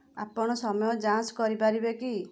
ଆପଣ ସମୟ ଯାଞ୍ଚ କରିପାରିବେ କି